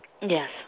Yes